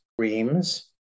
dreams